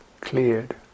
cleared